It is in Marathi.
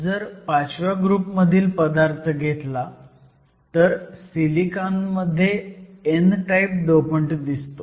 जर 5व्या ग्रुप मधील पदार्थ घातला तर सिलिकॉन मध्ये n टाईप डोपंट दिसतो